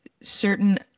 certain